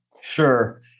Sure